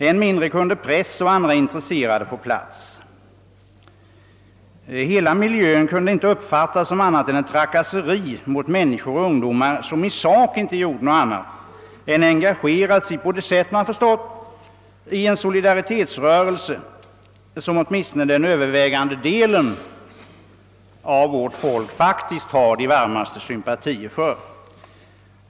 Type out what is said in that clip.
än mindre kunde press och andra intresserade få plats. Hela miljön kunde inte uppfattas som annat än ett trakasseri mot människor, mot ungdomar som i sak inte gjort något annat än engagerat sig på det sätt man förstått i en solidaritetsrörelse, som åtminstone den övervägande delen av vårt folk faktiskt har de varmaste sympatier för.